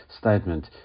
statement